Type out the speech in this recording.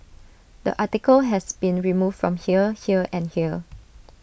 the article has been removed from here here and here